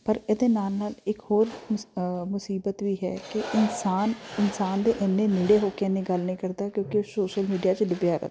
ਪਰ ਇਹਦੇ ਨਾਲ ਨਾਲ ਇੱਕ ਹੋਰ ਮੁ ਮੁਸੀਬਤ ਵੀ ਹੈ ਕਿ ਇਨਸਾਨ ਇਨਸਾਨ ਦੇ ਇੰਨੇ ਨੇੜੇ ਹੋ ਕੇ ਇੰਨੇ ਗੱਲ ਨਹੀਂ ਕਰਦਾ ਕਿਉਂਕਿ ਉਹ ਸੋਸ਼ਲ ਮੀਡੀਆ 'ਚ ਡੁੱਬਿਆ ਰਹਿੰਦਾ ਹੈ